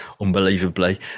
unbelievably